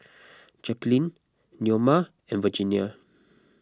Jacquelynn Neoma and Virginia